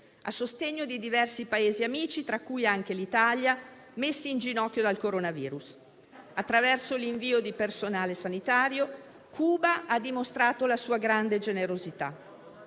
a sostegno di diversi Paesi amici, tra cui anche l'Italia, messi in ginocchio dal coronavirus. Attraverso l'invio di personale sanitario, Cuba ha dimostrato la sua grande generosità.